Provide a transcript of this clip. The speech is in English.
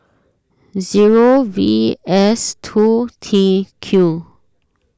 zero V S two T Q